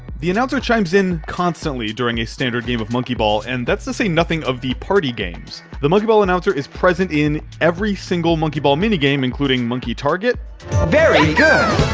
the announcer chimes in constantly during a standard game of monkey ball, and that's to say nothing of the party games. the monkey ball announcer is present in every single monkey ball minigame including monkey target very good!